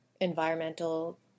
environmental